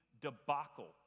debacle